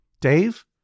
Dave